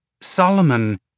Solomon